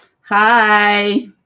hi